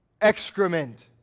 Excrement